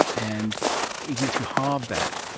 and even if you halve that,